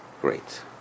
great